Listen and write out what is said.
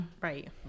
right